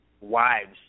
wives